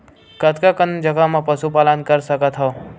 कतका कन जगह म पशु पालन कर सकत हव?